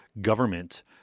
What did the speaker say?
government